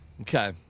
Okay